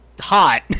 hot